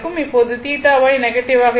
அப்போது θY negative ஆக இருக்கும்